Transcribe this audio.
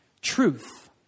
truth